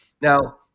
Now